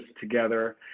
together